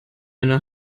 eine